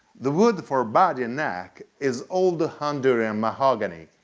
the wood for body and neck is old honduran mahogany.